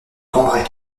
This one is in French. cambrai